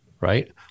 right